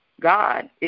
God